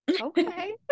okay